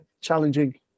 challenging